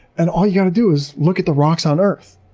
and all you gotta do is look at the rocks on earth.